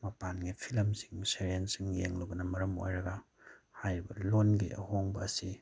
ꯃꯄꯥꯟꯒꯤ ꯐꯤꯂꯝꯁꯤꯡ ꯁꯦꯔꯤꯑꯦꯜꯁꯤꯡ ꯌꯦꯡꯂꯨꯕꯅ ꯃꯔꯝ ꯑꯣꯏꯔꯒ ꯍꯥꯏꯔꯤꯕ ꯂꯣꯟꯒꯤ ꯑꯍꯣꯡꯕ ꯑꯁꯤ